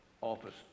Office